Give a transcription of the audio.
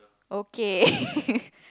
okay